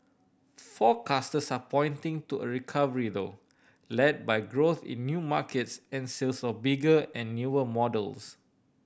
forecasters are pointing to a recovery though led by growth in new markets and sales of bigger and newer models